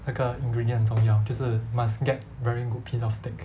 那个 ingredient 很重要就是 must get a good piece of steak